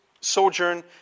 sojourn